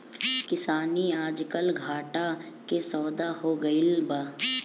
किसानी आजकल घाटा के सौदा हो गइल बा